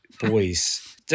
boys